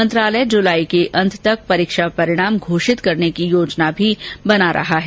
मंत्रालय जुलाई के अंत तक परीक्षा परिणाम घोषित करने की योजना बना रहा है